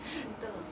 so little